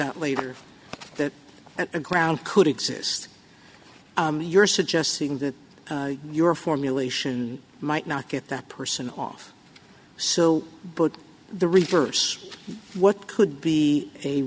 out later that a ground could exist you're suggesting that your formulation might not get that person off so the reverse what could be a